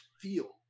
feel